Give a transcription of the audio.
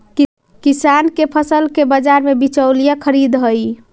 किसान के फसल के बाजार में बिचौलिया खरीदऽ हइ